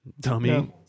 Dummy